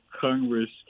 Congress